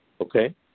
Okay